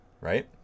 right